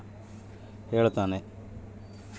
bank agent ಮಂದಿಗೆ ಏನಾದ್ರೂ ಸಾಲ ಹೊಸ ಯೋಜನೆ ಬಗ್ಗೆ ಹೇಳ್ತಾನೆ